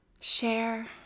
Share